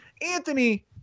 anthony